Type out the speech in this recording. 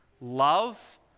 love